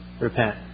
repent